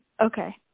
Okay